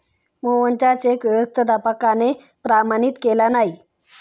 मोहनचा चेक व्यवस्थापकाने प्रमाणित केला नाही